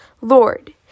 lord